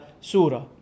surah